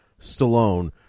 Stallone